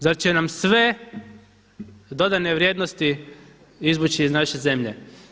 Zar će nam sve dodane vrijednosti izvući iz naše zemlje?